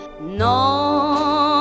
No